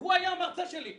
הוא היה המרצה שלי.